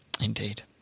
Indeed